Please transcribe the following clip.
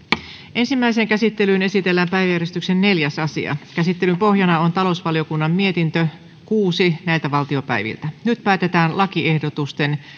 ensimmäiseen käsittelyyn esitellään päiväjärjestyksen neljäs asia käsittelyn pohjana on talousvaliokunnan mietintö kuusi nyt päätetään lakiehdotusten